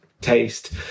taste